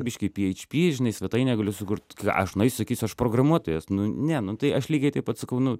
biškį py eič py žinai svetainę galiu sukurt ką aš nueisiu sakysiu aš programuotojas nu ne nu tai aš lygiai taip pat sakau nu